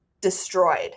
destroyed